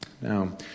Now